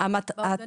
באומדנים.